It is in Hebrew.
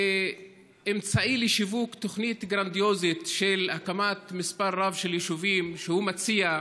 כאמצעי לשיווק תוכנית גרנדיוזית להקמת מספר רב של יישובים שהוא מציע,